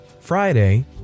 Friday